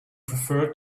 preferred